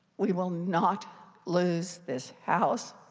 we will not lose this house.